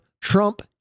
Trump